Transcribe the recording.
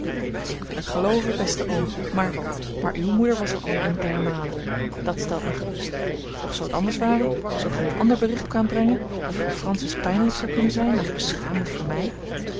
ik wil het gelooven beste oom maar maar uwe moeder was al eene d'hermaele dat stelt mij gerust doch zoo t anders ware zoo gij een ander bericht kwaamt brengen dat voor francis pijnlijk zou kunnen zijn of beschamend voor mij